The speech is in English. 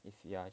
if you are